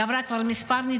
היא עברה כבר כמה ניתוחים.